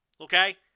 okay